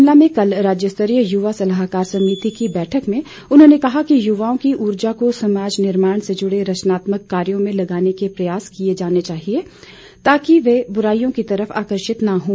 शिमला में कल राज्य स्तरीय युवा सलाहकार समिति की बैठक में उन्होंने कहा कि युवाओं की ऊर्जा को समाज निर्माण से जुड़े रचनात्मक कार्यों में लगाने के प्रयास किए जाने चाहिए ताकि वे बुराईयों की तरफ आकर्षित न हों